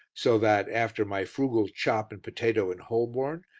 so that, after my frugal chop and potato in holborn,